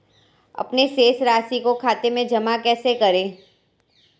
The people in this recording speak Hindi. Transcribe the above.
अपने शेष राशि को खाते में जमा कैसे करें?